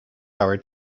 hour